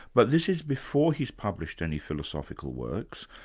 but this is before he's published any philosophical works,